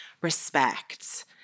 respect